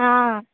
आं